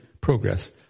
progress